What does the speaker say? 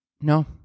No